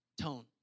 tone